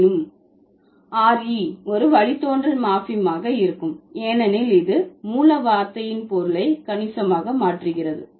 ஆயினும் re ஒரு வழித்தோன்றல் மார்பிமாக இருக்கும் ஏனெனில் இது மூல வார்த்தையின் பொருளை கணிசமாக மாற்றுகிறது